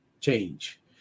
change